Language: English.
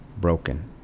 broken